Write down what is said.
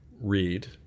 read